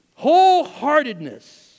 Wholeheartedness